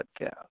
podcast